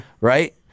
Right